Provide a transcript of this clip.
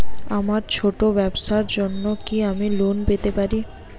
আমার ছোট্ট ব্যাবসার জন্য কি আমি লোন পেতে পারি?